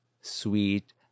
sweet